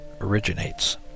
originates